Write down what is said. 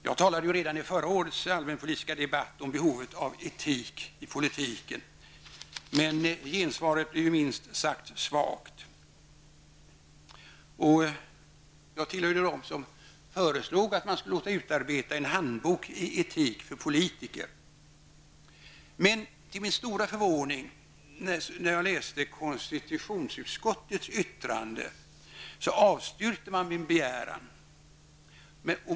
Jag talade redan i förra årets allmänpolitiska debatt om behovet av etik i politiken. Men gensvaret blev minst sagt svagt. Jag tillhörde dem som föreslog att man skulle låta utarbeta en handbok i etik för politiker. Men när jag läste konstitutionsutskottets yttrande, upptäckte jag till min stora förvåning att man avstyrkte min begäran.